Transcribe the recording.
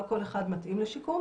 לא כל אחד מתאים לשיקום,